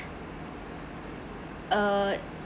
uh